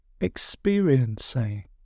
experiencing